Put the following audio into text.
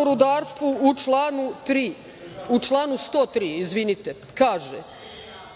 o rudarstvu u članu 103. kaže